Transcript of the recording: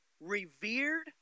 revered